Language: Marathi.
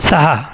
सहा